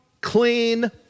clean